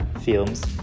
films